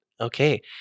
Okay